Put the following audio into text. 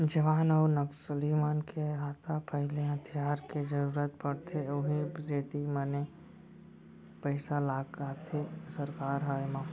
जवान अउ नक्सली मन के हाथापाई ले हथियार के जरुरत पड़थे उहीं सेती बने पइसा लगाथे सरकार ह एमा